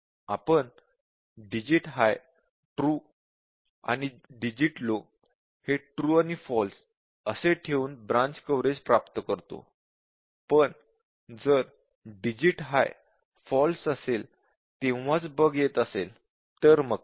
आपण digit high true आणि digit low हे ट्रू आणि फॉल्स असे ठेवून ब्रांच कव्हरेज प्राप्त करतो पण जर digit high फॉल्स असेल तेव्हाच बग येत असेल तर मग काय